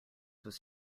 was